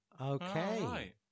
okay